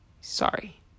Sorry